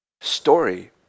story